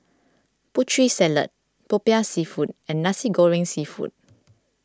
Putri Salad Popiah Seafood and Nasi Goreng Seafood